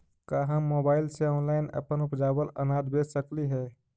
का हम मोबाईल से ऑनलाइन अपन उपजावल अनाज बेच सकली हे?